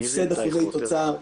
הפסד אחוזי תוצר,